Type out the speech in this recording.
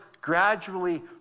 gradually